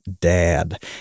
dad